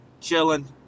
chilling